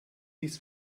nichts